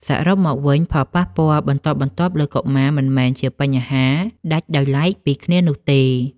សរុបមកវិញ ផលប៉ះពាល់បន្តបន្ទាប់លើកុមារមិនមែនជាបញ្ហាដាច់ដោយឡែកពីគ្នានោះទេ។